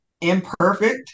imperfect